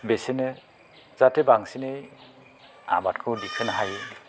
बिसिरनो जाहाथे बांसिनै आबादखौ दिखांनो हायो